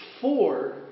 four